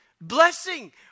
Blessing